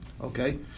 Okay